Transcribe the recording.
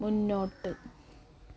മുന്നോട്ട്